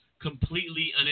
completely